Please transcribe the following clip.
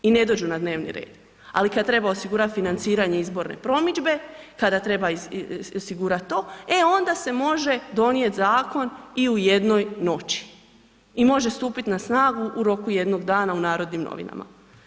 I ne dođu na dnevni red, ali kad treba osigurati financiranje izborne promidžbe, kada treba osigurati to, e onda se može donijeti zakon i u jednoj noći i može stupiti na snagu u roku 1 dana u Narodnim novinama.